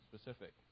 specific